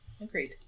Agreed